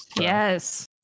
yes